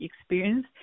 experience